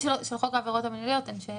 לחוק העבירות המינהליות, יהיה